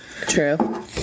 true